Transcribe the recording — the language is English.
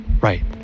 right